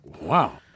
Wow